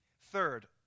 Third